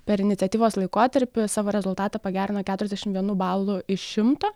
per iniciatyvos laikotarpį savo rezultatą pagerino keturiasdešim vienu balu iš šimto